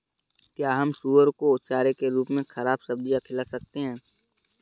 क्या हम सुअर को चारे के रूप में ख़राब सब्जियां खिला सकते हैं?